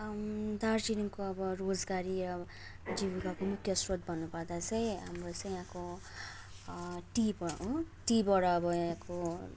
दार्जिलिङको अब रोजगारी अब जीविकाको मुख्य स्रोत भन्नुपर्दा चाहिँ हाम्रो चाहिँ यहाँको टी हो टीबाट अब यहाँको